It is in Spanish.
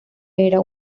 era